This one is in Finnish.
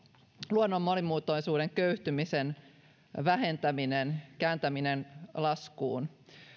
luonnon monimuotoisuuden köyhtymisen kääntäminen laskuun ja